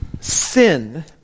sin